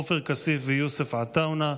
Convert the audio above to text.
עופר כסיף ויוסף עטאונה.